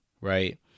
right